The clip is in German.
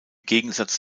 gegensatz